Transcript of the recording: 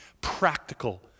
Practical